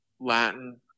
Latin